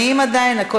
כולם מסכימים, כלכלה.